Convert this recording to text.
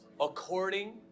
according